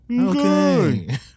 Okay